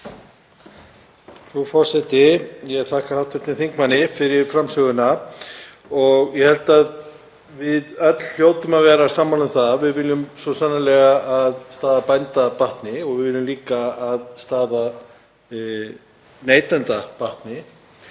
Frú forseti. Ég þakka hv. þingmanni fyrir framsöguna. Ég held að við hljótum öll að vera sammála um að við viljum svo sannarlega að staða bænda batni og við viljum líka að staða neytenda batni